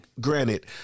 granted